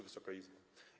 Wysoka Izbo!